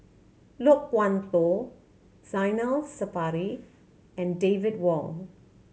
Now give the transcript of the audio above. Loke Wan Tho Zainal Sapari and David Wong